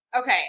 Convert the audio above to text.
Okay